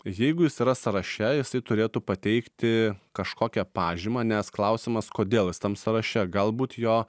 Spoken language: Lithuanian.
jeigu jis yra sąraše jisai turėtų pateikti kažkokią pažymą nes klausimas kodėl jis tam sąraše galbūt jo